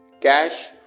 Cash